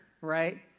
right